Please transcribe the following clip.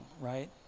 right